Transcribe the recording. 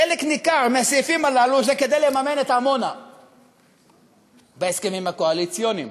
חלק ניכר מהסעיפים הללו הם כדי לממן את עמונה בהסכמים הקואליציוניים.